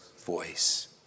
voice